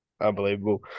Unbelievable